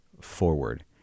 forward